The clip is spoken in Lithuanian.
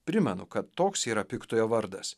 primenu kad toks yra piktojo vardas